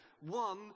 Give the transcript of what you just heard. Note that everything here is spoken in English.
One